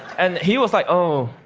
and he was like, oh